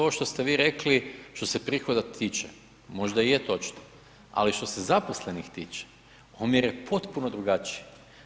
Ovo što ste vi rekli, što se prihoda tiče, možda je točno, ali što se zaposlenih tiče, omjer je potpuno drugačiji.